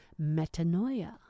metanoia